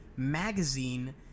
Magazine